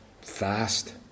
fast